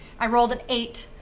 i rolled an eight.